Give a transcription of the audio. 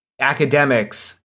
academics